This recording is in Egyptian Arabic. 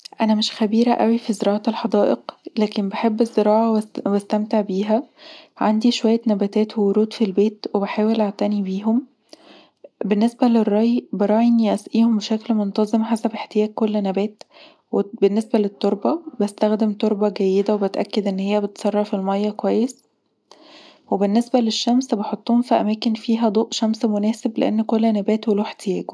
أنا مش خبيره أوي في زراعة الحدائق، لكن بحب الزراعة وبستمتع بيها. عندي شوية نباتات وورود في البيت، وبحاول أعتني بيهم. بالنسبه للري براعى إني أسقيهم بشكل منتظم حسب احتياج كل نبات. وبالنسبه للتربه بستخدم تربة جيدة وبتأكد إن هي بتصرف الميه كويس، وبالنسبه للشمس بحطهم في أماكن فيها ضوء شمس مناسب، لأن كل نبات وله احتياجه